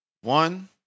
One